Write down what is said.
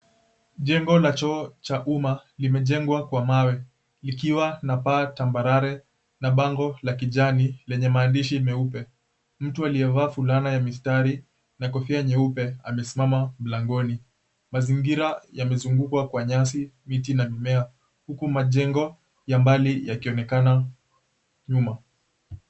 Jengo la choo cha umma limejengwa kwa mawe, likiwa na paa tambarare na bango la kijani lenye maandishi meupe. Mtu aliyevaa fulana ya mistari na kofia nyeupe amesimama mlangoni. Mazingira yamezungukwa na nyasi, miti, na mimea, huku majengo ya mbali yakionekana nyuma.